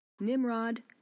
Nimrod